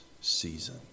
season